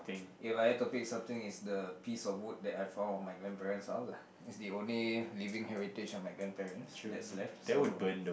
if I have to fix something it's the piece of wood that I found on my grandparent's house lah it's the only living heritage of my grandparents that's left so